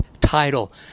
title